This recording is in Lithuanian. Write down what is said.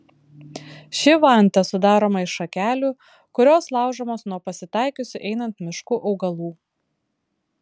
ši vanta sudaroma iš šakelių kurios laužomos nuo pasitaikiusių einant mišku augalų